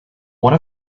one